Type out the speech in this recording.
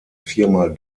viermal